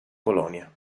polonia